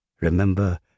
Remember